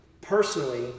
personally